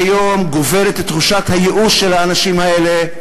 יום גוברת תחושת הייאוש של האנשים האלה,